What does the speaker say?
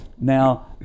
Now